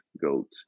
goat